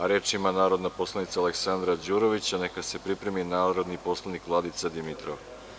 Reč ima narodni poslanik Aleksandra Đurović, a neka se pripremi narodni poslanik Vladica Dimitrov.